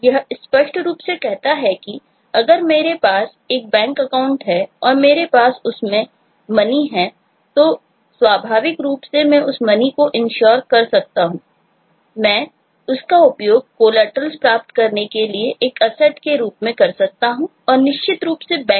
यह स्पष्ट रूप से कहता है कि अगर मेरे पास एक BankAccount है और मेरे पास उस में money है तो स्वाभाविक रूप से मैं उस money को insure कर सकता हूं